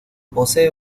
posee